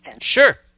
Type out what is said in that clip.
Sure